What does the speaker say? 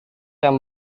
yang